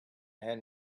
hen